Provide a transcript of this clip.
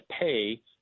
pay